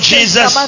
Jesus